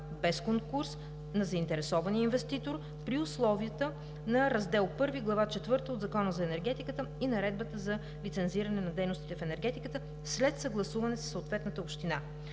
без конкурс на заинтересования инвеститор при условията на Раздел I, Глава 4 от Закона за енергетиката и Наредбата за лицензиране на дейностите в енергетиката след съгласуване със съответната община.